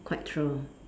quite true